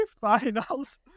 finals